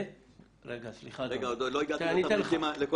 עוד לא הגעתי לתמריצים.